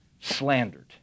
slandered